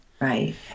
Right